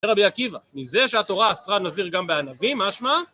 רבי עקיבא, מזה שהתורה אסרה נזיר גם בענבים, משמע?